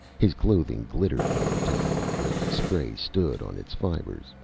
his clothing glittered momentarily where the spray stood on its fibres.